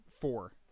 four